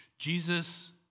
Jesus